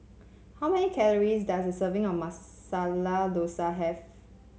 how many calories does a serving of Masala Dosa have